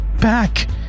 back